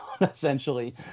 essentially